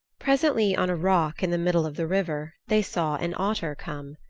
presently, on a rock in the middle of the river, they saw an otter come.